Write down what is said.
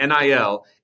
NIL